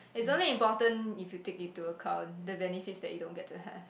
it's only important if you take it to account the benefits that you don't get to have